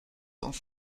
uns